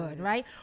right